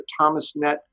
Thomasnet